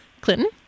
Clinton